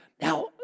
Now